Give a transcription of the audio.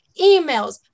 Emails